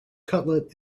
cutlet